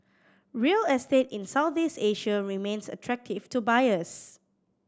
real estate in Southeast Asia remains attractive to buyers